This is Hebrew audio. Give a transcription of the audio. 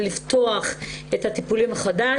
ולפתוח את הטיפול מחדש.